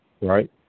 right